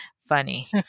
funny